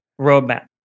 roadmap